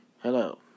Hello